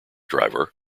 driver